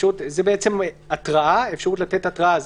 בעצם, זו התראה, אפשרות לתת התראה.